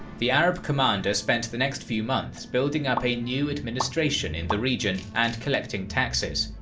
the arab commander spent the next few months building up a new administration in the region and collecting taxes.